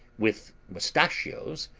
with mustachios,